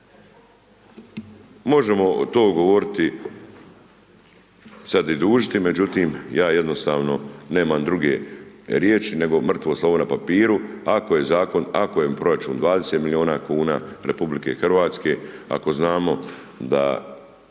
Možemo to govorit sad i dužiti, međutim ja jednostavno nemam druge riječi nego, mrtvo slovo na papiru, ako je zakon, ako je proračun 20 milijuna kuna RH, ako znamo da